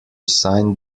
sign